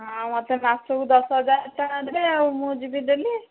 ନା ମୋତେ ମାସକୁ ଦଶହଜାର ଟଙ୍କା ଦେବେ ଆଉ ମୁଁ ଯିବି ଡେଲି